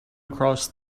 across